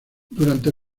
durante